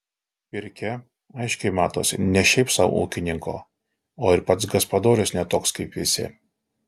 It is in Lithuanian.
pirkia aiškiai matosi ne šiaip sau ūkininko o ir pats gaspadorius ne toks kaip visi